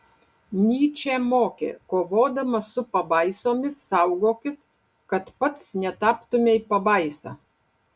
nyčė mokė kovodamas su pabaisomis saugokis kad pats netaptumei pabaisa